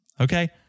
Okay